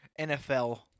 NFL